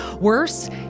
Worse